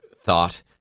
thought